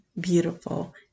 beautiful